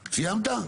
סיימת?